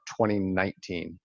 2019